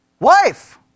Wife